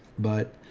but,